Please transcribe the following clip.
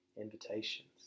invitations